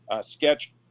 sketch